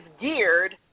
geared